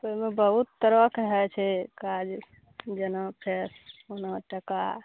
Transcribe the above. ओहिमे बहुत तरहके होइ छै काज जेना फेस जेना टका